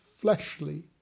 fleshly